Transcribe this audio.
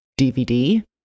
dvd